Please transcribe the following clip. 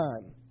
time